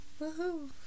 Woohoo